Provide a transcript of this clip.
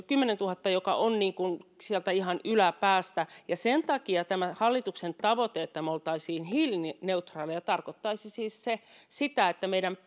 kymmenentuhatta joka on sieltä ihan yläpäästä sen takia tämä hallituksen tavoite että me olisimme hiilineutraaleja tarkoittaisi siis sitä että meidän